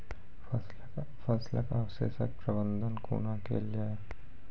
फसलक अवशेषक प्रबंधन कूना केल जाये?